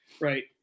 Right